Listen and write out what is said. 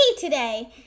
today